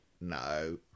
No